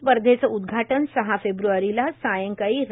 स्पर्धेचे उद्घाटन सहा फेब्र्वारीला सायंकाळी रा